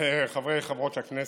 חברי וחברות הכנסת,